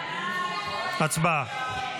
הצבעה.